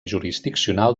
jurisdiccional